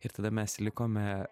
ir tada mes likome